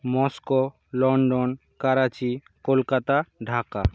Moscow London Karachi Kolkata Dhaka